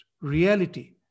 reality